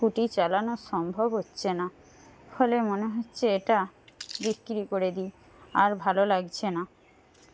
scooty চালানো সম্ভব হচ্ছে না ফলে মনে হচ্ছে এটা বিক্রি করে দিই আর ভালো লাগছে না